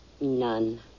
None